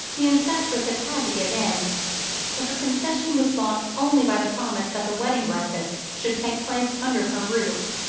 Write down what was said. the ancestress had had to give in but her concession was bought only by the promise that the wedding-breakfast should take place under her roof,